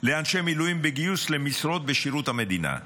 לאנשי מילואים בגיוס למשרות בשירות המדינה.